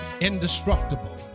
indestructible